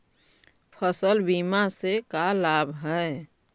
फसल बीमा से का लाभ है?